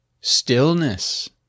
Stillness